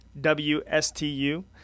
W-S-T-U